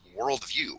worldview